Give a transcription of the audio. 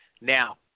Now